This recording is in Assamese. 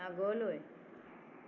আগলৈ